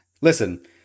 listen